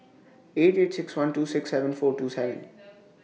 eight eight six one two six seven four two seven